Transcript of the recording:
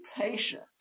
patient